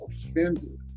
offended